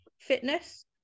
fitness